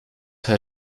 haar